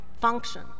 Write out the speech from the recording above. function